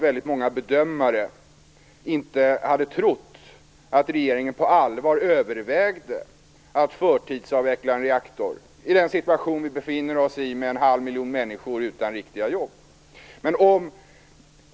Väldigt många bedömare hade nog inte trott att regeringen på allvar överväger att förtidsavveckla en reaktor i den situation vi befinner oss i med en halv miljon människor utan riktiga jobb.